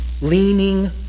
leaning